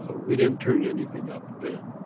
ah we didn't turn anything up then.